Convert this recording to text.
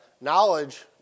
knowledge